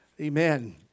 Amen